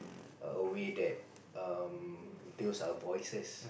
a way that um deals our voices